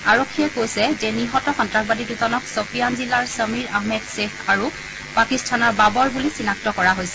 আৰক্ষীয়ে কৈছে যে নিহত সন্তাসবাদী দুজনক ছপিয়ান জিলাৰ সমীৰ আহমেদ গ্ৰেখ আৰু পাকিস্তানৰ বাবৰ বুলি চিনাক্ত কৰা হৈছে